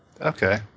Okay